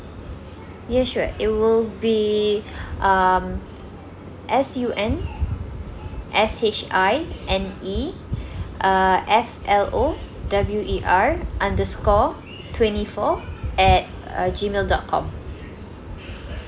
yes sure it will be um S U N S H I N E uh F L O W E R underscore twenty four at err G mail dot com